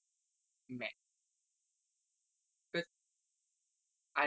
I'm I'm the younger generation the older generation அதுங்க:athunga